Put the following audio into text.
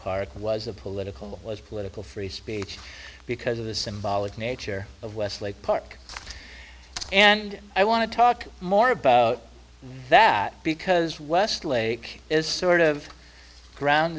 park was a political was political free speech because of the symbolic nature of westlake park and i want to talk more about that because west lake is sort of ground